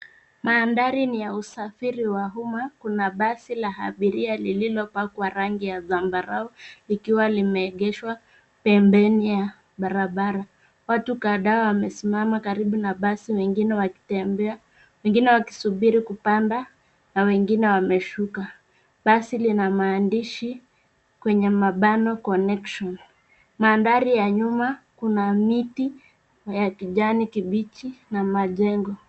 Mandhari ni ya usafiri wa umma, kuna basi la abiria lililopakwa rangi ya zambarau likiwa limeegeshwa pembeni ya barabara. Watu kadhaa wamesimama karibu na basi wengie wakitembea, wengine wakisuburi kupanda na wengine wameshuka. Basi lina maandishi Connection . Mandhari ya nyuma kuna miti ya kijani kibichi na majengo.